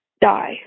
die